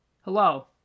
Hello